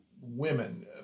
women